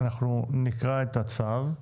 שנקרא את הצו,